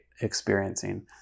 experiencing